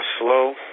slow